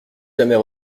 jamais